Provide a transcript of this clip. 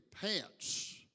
pants